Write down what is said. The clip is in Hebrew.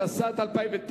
התשס"ט 2009,